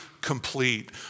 complete